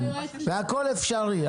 וכל אפשרי,